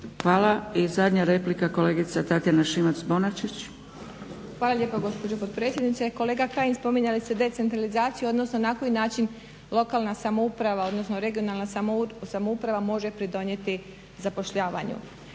Hvala. I zadnja replika kolegica Tatjana Šimac-Bonačić. **Šimac Bonačić, Tatjana (SDP)** Hvala lijepo gospođo potpredsjednice. Kolega Kajin spominjali ste decentralizaciju odnosno na koji način lokalna samouprava odnosno regionalna samouprava može pridonijeti zapošljavanju.